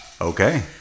Okay